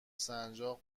سنجاق